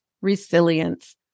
resilience